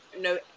no